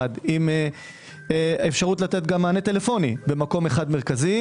עם אפשרות לתת גם מענה טלפוני במקום אחד מרכזי